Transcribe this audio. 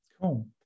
Cool